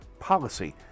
policy